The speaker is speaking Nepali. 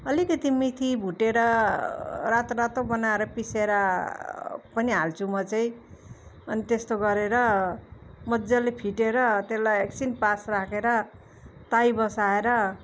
अलिकति मेथी भुटेर रातोरातो बनाएर पिसेर पनि हाल्छु म चाहिँ अनि त्यस्तो गरेर मज्जाले फिटेर त्यसलाई एकछिन पास राखेर ताई बसाएर